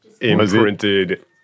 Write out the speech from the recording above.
imprinted